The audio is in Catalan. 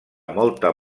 molta